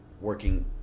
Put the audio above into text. working